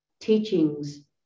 teachings